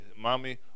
mommy